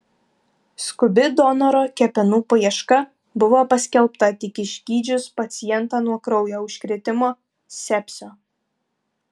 skubi donoro kepenų paieška buvo paskelbta tik išgydžius pacientą nuo kraujo užkrėtimo sepsio